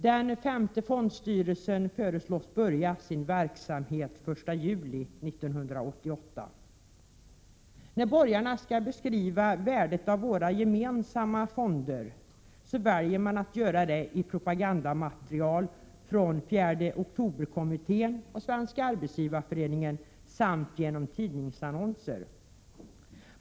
Den femte fondstyrelsen föreslås börja sin verksamhet den 1 juli 1988. När borgarna skall beskriva värdet av våra gemensamma fonder, väljer de att göra det i propagandamaterial från 4 oktober-kommittén och Svenska arbetsgivareföreningen samt genom tidningsannonser.